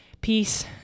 peace